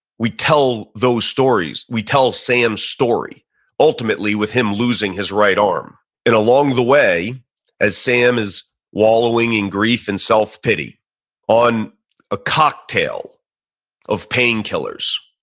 we tell those stories. we tell sam's story ultimately with him losing his right arm and along the way as sam is wallowing in grief and self pity on a cocktail of painkillers,